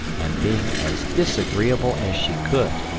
and being as disagreeable as she could,